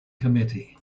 committee